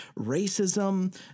racism